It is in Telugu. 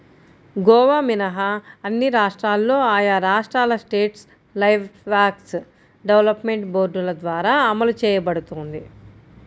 గోవా మినహా అన్ని రాష్ట్రాల్లో ఆయా రాష్ట్రాల స్టేట్ లైవ్స్టాక్ డెవలప్మెంట్ బోర్డుల ద్వారా అమలు చేయబడుతోంది